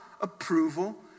approval